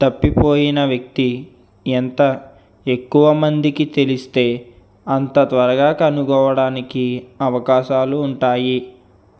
తప్పిపోయిన వ్యక్తి ఎంత ఎక్కువమందికి తెలిస్తే అంత త్వరగా కనుగొనడానికి అవకాశాలు ఉంటాయి